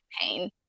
pain